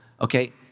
Okay